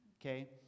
okay